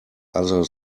other